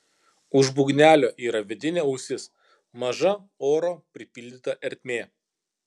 už būgnelio yra vidinė ausis maža oro pripildyta ertmė